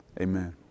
Amen